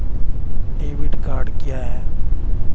Debit card क्या है?